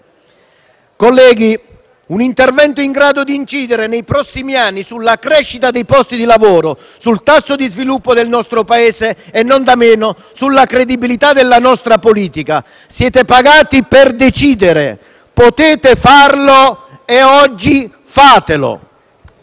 Colleghi, è un intervento in grado di incidere nei prossimi anni sulla crescita dei posti di lavoro, sul tasso di sviluppo del nostro Paese e non da meno sulla credibilità della nostra politica. Siete pagati per decidere: potete farlo e oggi fatelo.